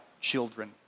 children